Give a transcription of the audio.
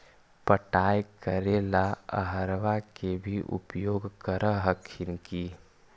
पटाय करे ला अहर्बा के भी उपयोग कर हखिन की?